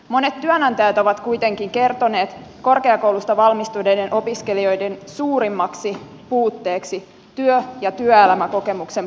monet työnantajat ovat kuitenkin kertoneet korkeakouluista valmistuneiden opiskelijoiden suurimmaksi puutteeksi työ ja työelämäkokemuksen puuttumisen